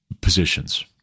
positions